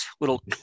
little